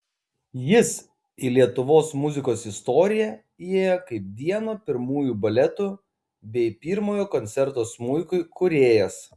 jis į lietuvos muzikos istoriją įėjo kaip vieno pirmųjų baletų bei pirmojo koncerto smuikui kūrėjas